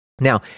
Now